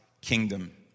kingdom